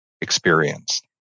experienced